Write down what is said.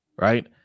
right